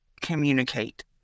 communicate